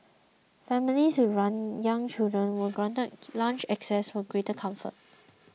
families with young children were granted lounge access for greater comfort